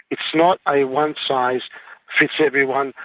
it's not a one size fits everyone,